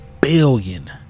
billion